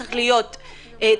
הוא צריך להיות תקף,